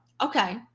Okay